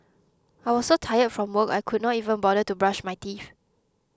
I was so tired from work I could not even bother to brush my teeth